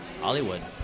Hollywood